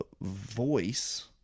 voice